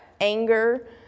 anger